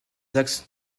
axes